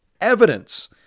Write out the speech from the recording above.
evidence